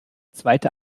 zweite